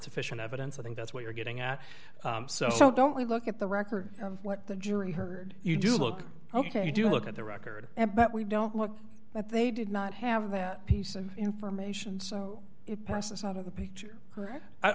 sufficient evidence i think that's what you're getting at so don't we look at the record of what the jury heard you do look ok you do look at the record but we don't look that they did not have that piece of information so it passes out of the picture